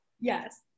Yes